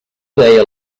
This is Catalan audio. deia